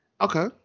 Okay